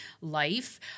life